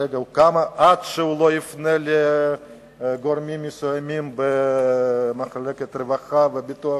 עד שהוא לא פונה לגורמים מסוימים במחלקת הרווחה ובביטוח